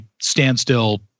standstill